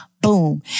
Boom